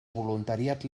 voluntariat